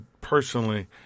personally